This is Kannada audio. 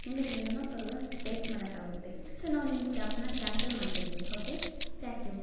ಮುಂದೆ ಏನೇನೋ ಪ್ರಾಬ್ಲಮ್ ಫೇಸ್ ಮಾಡೋಕ್ಕಾಗುತ್ತೆ ಸೊ ನಾವು ನಿಮ್ಮ ಕ್ಯಾಬನ್ನ ಕ್ಯಾನ್ಸಲ್ ಮಾಡ್ತಿದ್ದೀವಿ ಹೋಕೆ ತ್ಯಾಂಕ್ ಯು